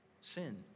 Sin